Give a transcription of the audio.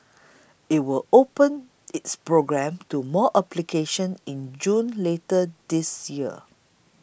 it will open its program to more applications in June later this year